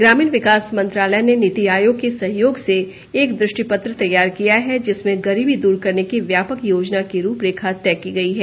ग्रामीण विकास मंत्रालय ने नीति आयोग के सहयोग से एक दृष्टिपत्र तैयार किया है जिसमें गरीबी दूर करने की व्यापक योजना की रूपरेखा तय की गयी है